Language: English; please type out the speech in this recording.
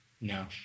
No